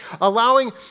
Allowing